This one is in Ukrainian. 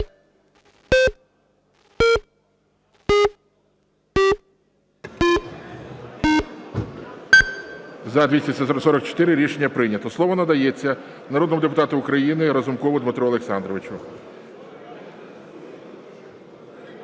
За-244 Рішення прийнято. Слово надається народному депутату України Разумкову Дмитру Олександровичу.